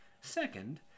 Second